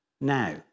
now